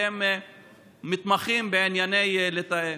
והם מתמחים בענייני תיאום.